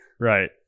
right